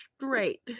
straight